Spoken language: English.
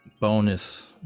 bonus